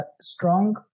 strong